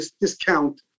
discount